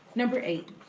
number eight.